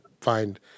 find